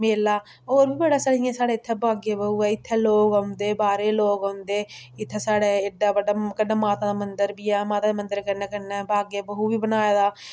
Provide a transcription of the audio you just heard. मेला होर बी बड़ा सारा जियां साढ़ै इत्थे बाग ए बाहु ऐ इत्थै लोक औंदे बाह्रे दे लोक औंदे इत्थै साढ़ै एड्डा बड्डा कन्नै माता दा मंदर बी ऐ माता दे मंदर दे कन्नै कन्नै बाग ए बहु बी बनाए दा